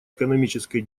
экономической